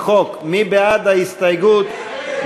מיכל רוזין,